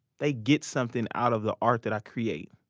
they get something out of the art that i create.